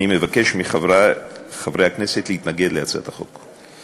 אני מבקש מחברי חברי הכנסת להתנגד להצעת החוק.